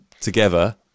together